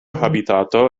habitato